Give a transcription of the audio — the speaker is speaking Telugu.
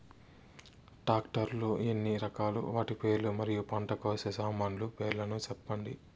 టాక్టర్ లు ఎన్ని రకాలు? వాటి పేర్లు మరియు పంట కోసే సామాన్లు పేర్లను సెప్పండి?